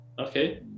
Okay